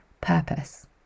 purpose